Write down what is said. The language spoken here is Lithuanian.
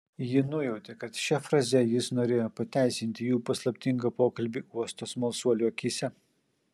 ji nujautė kad šia fraze jis norėjo pateisinti jų paslaptingą pokalbį uosto smalsuolių akyse